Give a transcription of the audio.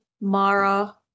Mara